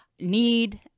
need